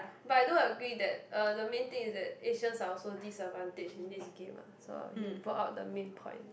but I do agree that uh the main thing is that Asians are also disadvantaged in this game ah so you brought out the main point